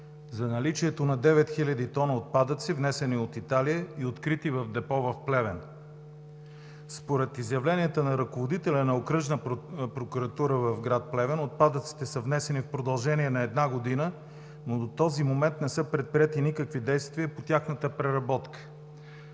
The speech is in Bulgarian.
за наличието на 9 хиляди тона отпадъци, внесени от Италия и открити в депо в Плевен. Според изявленията на ръководителя на Окръжна прокуратура в град Плевен отпадъците са внесени в продължение на една година, но до този момент не са предприети никакви действия по тяхната преработка.